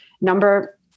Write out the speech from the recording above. number